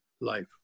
life